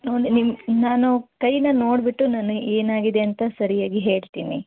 ಊಂ ನಿ ನಿಮ್ಮ ನಾನು ಕೈನಾ ನೋಡಿಬಿಟ್ಟು ನಾನು ಏನಾಗಿದೆ ಅಂತ ಸರಿಯಾಗಿ ಹೇಳ್ತೀನಿ